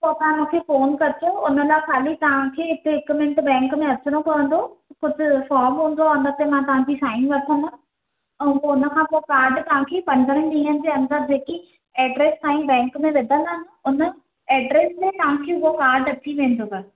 पोइ तव्हां मूंखे फ़ोन कजो उन लाइ खाली तव्हां खे हिते हिकु मिन्ट बैंक में अचिणो पवंदव कुझु फोर्म हून्दो आहे उन ते मां तव्हां जी साईन वठन्दमि ऐं उन खां पोइ उन खां पोइ कार्ड तव्हां खे पंद्रहंनि ॾींहंनि जे अन्दर जेकी एड्रेस तव्हां जी बैंक में विधल आहे न उन एड्रेस ते तव्हां खे उहो कार्ड अची वेंदो घरु